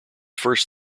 first